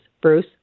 Bruce